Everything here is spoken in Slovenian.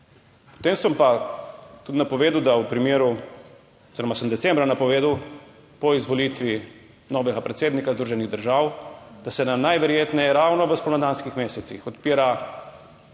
Potem sem pa tudi napovedal, da v primeru oziroma sem decembra napovedal po izvolitvi novega predsednika Združenih držav, da se nam najverjetneje ravno v spomladanskih mesecih odpira par